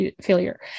failure